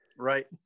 Right